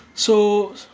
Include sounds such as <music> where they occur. <breath> so